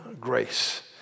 grace